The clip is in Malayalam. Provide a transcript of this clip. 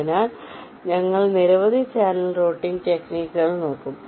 അതിനാൽ ഞങ്ങൾ നിരവധി ചാനൽ റൂട്ടിംഗ് ടെക്നിക്കുകൾ നോക്കും